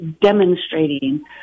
demonstrating